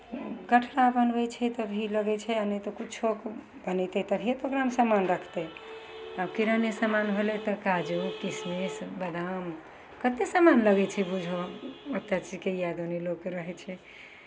कठरा बनबै छै तब भी लगै छै आ नहि तऽ किछो बनयतै तभिए तऽ ओकरामे सामान रखतै आब किरानेके सामान भेलै तऽ काजू किशमिश बादाम कतेक सामान लगै छै बुझहो ओतेक छिकै इएह दनि लोक रहै छै